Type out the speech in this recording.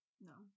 No